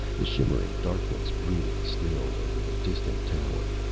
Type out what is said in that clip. the shimmering darkness brooded still over the distant tower.